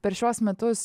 per šiuos metus